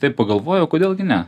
taip pagalvojau kodėl gi ne